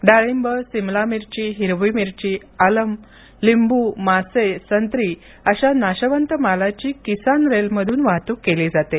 डाळिंब सिमला मिरची हिरवी मिरची आलम लिंब मासे संत्री अशा नाशवंत मालाची किसान रेलमधून वाहतूक केली जाते